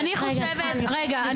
אני